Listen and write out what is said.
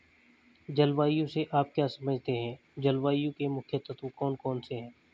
जलवायु से आप क्या समझते हैं जलवायु के मुख्य तत्व कौन कौन से हैं?